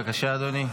בבקשה, אדוני.